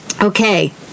Okay